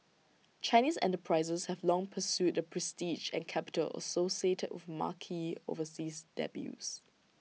Chinese enterprises have long pursued the prestige and capital associated with marquee overseas debuts